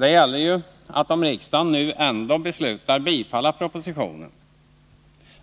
Det gäller ju att om riksdagen nu ändå beslutar bifalla propositionen,